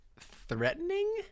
threatening